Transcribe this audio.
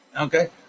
Okay